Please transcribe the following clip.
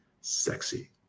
sexy